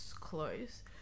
close